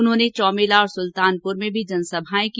उन्होंने चोमेला और सुल्तानपुर में भी जनसभाएं की